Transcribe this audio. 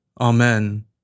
Amen